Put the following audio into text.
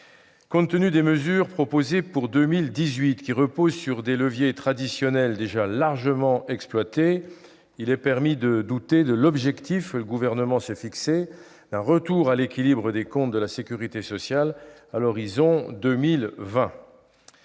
Compte tenu des mesures proposées pour 2018, qui reposent sur des leviers traditionnels déjà largement exploités, il est permis de douter de l'objectif que le Gouvernement s'est fixé d'un retour à l'équilibre des comptes de la sécurité sociale à l'horizon de 2020.